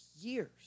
years